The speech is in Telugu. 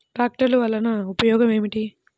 ట్రాక్టర్లు వల్లన ఉపయోగం ఏమిటీ?